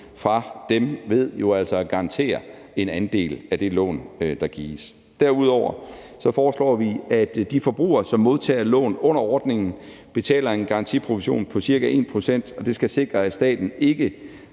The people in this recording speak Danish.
fra dem ved jo altså at garantere for en andel af det lån, der gives. Kl. 14:15 Derudover foreslår vi, at de forbrugere, som modtager lån under ordningen, betaler en garantiprovision på ca. 1 pct. Det skal sikre, at staten ikke